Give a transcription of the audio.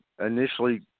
initially